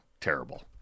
terrible